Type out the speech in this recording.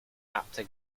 after